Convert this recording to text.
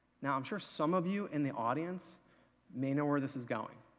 now i'm sure some of you in the audience may know where this is going.